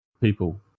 people